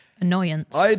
Annoyance